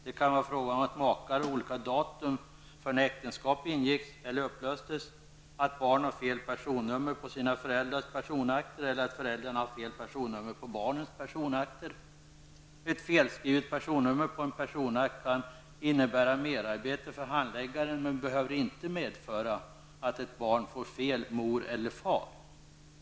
Det kan vara frågan om att makar har olika datum för när äktenskap ingicks eller upplöstes, att barn har fel personummer på sina föräldars personakter eller att föräldrarna har fel personummer på barnens personakter. Ett felskrivet personummer på en personakt kan innebära merarbete för handläggarna, men behöver inte medföra att ett barn får fel mor eller far.